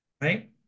right